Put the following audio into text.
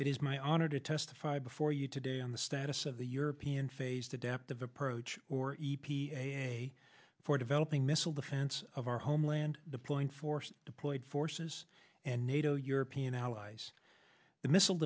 is my honor to testify before you today on the status of the european phased adaptive approach or e p a for developing missile defense of our homeland deploying forces deployed forces and nato european allies the missile